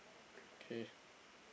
K